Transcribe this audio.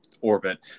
orbit